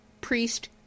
priest